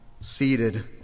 seated